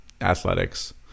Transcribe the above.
athletics